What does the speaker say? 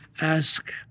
Ask